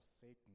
Satan